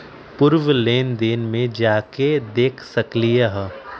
पूर्व लेन देन में जाके देखसकली ह?